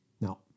No